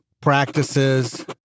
Practices